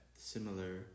similar